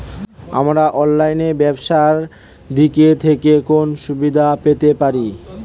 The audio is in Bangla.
আমরা অনলাইনে ব্যবসার দিক থেকে কোন সুবিধা পেতে পারি?